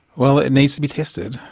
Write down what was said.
well, it needs to be tested,